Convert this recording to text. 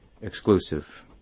exclusive